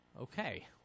okay